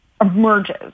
emerges